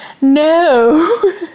No